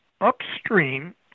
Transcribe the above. upstream